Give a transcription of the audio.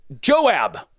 Joab